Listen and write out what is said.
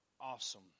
awesome